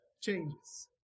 changes